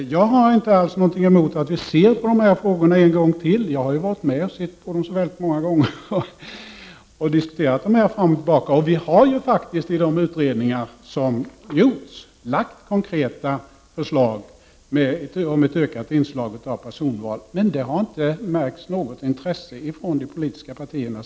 Jag har inte alls något emot att vi ser på de här frågorna en gång till — jag har ju varit med och diskuterat dem fram och tillbaka några gånger tidigare. I de utredningar som har gjorts har konkreta förslag lagts fram om ett ökat inslag av personval, men det har inte märkts något intresse för detta från de politiska partierna.